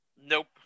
Nope